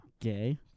Gay